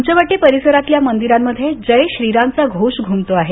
पंचवटी परिसरातील मंदिरांमध्ये जय श्रीरामचा घोष घुमतो आहे